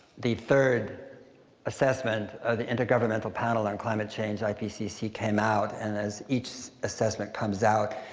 the third assessment of the intergovernmental panel on climate change, ipcc, came out, and as each assessment comes out,